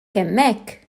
hemmhekk